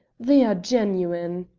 they are genuine.